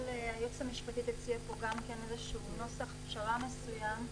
היועצת המשפטית של הוועדה הציעה נוסח פשרה מסוים.